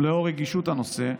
ולאור רגישות הנושא,